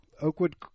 Oakwood